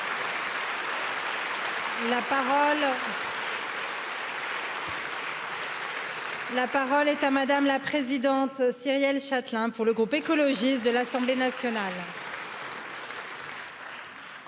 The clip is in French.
La parole est à Mᵐᵉ la présidente Cyril Chatelin, pour le groupe écologiste de l'assemblée nationale